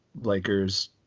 lakers